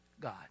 God